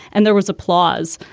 and there was applause,